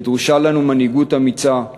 ודרושה לנו מנהיגות אמיצה,